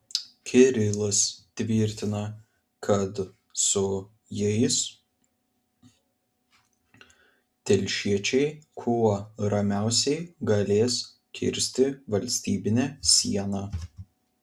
kirilas tvirtina kad su jais telšiečiai kuo ramiausiai galės kirsti valstybinę sieną